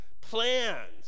plans